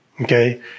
Okay